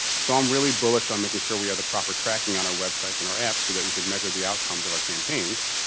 so, i'm really bullish on making sure we have the proper tracking on our websites and our apps, so that we could measure the outcomes of our campaigns.